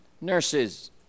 nurses